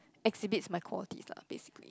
exhibits my quality lah basically